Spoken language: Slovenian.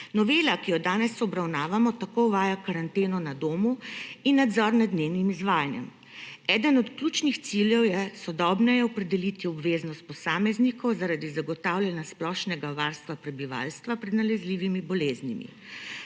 Novela, ki jo danes obravnavamo, tako uvaja karanteno na domu in nadzor nad njenim izvajanjem. Eden od ključnih ciljev je sodobneje opredeliti obveznost posameznikov zaradi zagotavljanja splošnega varstva prebivalstva pred nalezljivimi boleznimi.